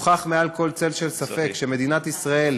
הוכח מעל כל צל של ספק שמדינת ישראל